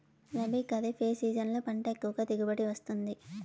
రబీ, ఖరీఫ్ ఏ సీజన్లలో పంట ఎక్కువగా దిగుబడి వస్తుంది